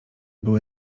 były